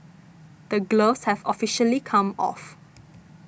the gloves have officially come off